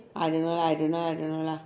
I don't know lah I don't know lah don't know lah